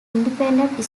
independent